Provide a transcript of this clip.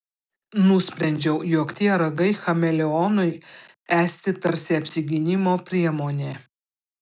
nusprendžiau jog tie ragai chameleonui esti tarsi apsigynimo priemonė